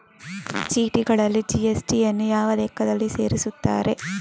ಚೀಟಿಗಳಲ್ಲಿ ಜಿ.ಎಸ್.ಟಿ ಯನ್ನು ಯಾವ ಲೆಕ್ಕದಲ್ಲಿ ಸೇರಿಸುತ್ತಾರೆ?